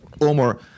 Omar